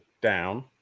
down